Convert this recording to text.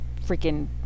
freaking